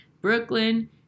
Brooklyn